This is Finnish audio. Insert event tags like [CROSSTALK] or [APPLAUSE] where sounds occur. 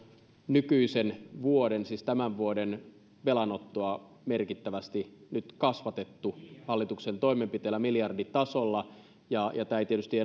nykyisen vuoden siis tämän vuoden velanottoa merkittävästi nyt kasvatettu hallituksen toimenpiteillä miljarditasolla ja tämä ei tietysti [UNINTELLIGIBLE]